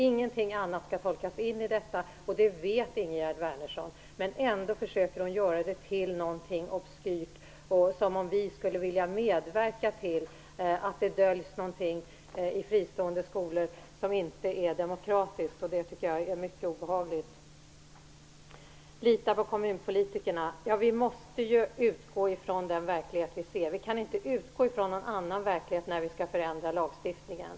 Ingenting annat skall tolkas in i detta, och det vet Ingegerd Wärnersson. Men ändå försöker hon göra det till någonting obskyrt, som om vi skulle vilja medverka till att det döljs någonting i fristående skolor som inte är demokratiskt. Det tycker jag är mycket obehagligt. Vi måste lita på kommunpolitikerna. Vi måste utgå från den verklighet vi ser. Vi kan inte utgå från någon annan verklighet när vi skall förändra lagstiftningen.